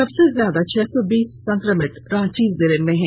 सबसे ज्यादा छह सौ बीस संक्रमित रांची जिले में हैं